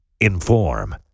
Inform